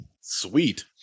sweet